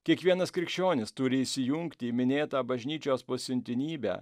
kiekvienas krikščionis turi įsijungti į minėtą bažnyčios pasiuntinybę